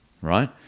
Right